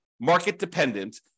market-dependent